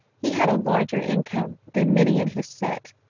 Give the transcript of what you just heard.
he had a larger income than many in his set.